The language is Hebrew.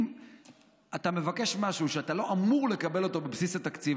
אם אתה מבקש משהו שאתה לא אמור לקבל אותו בבסיס התקציב,